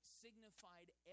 signified